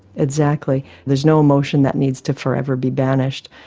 exactly, there is no emotion that needs to forever be banished.